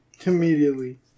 Immediately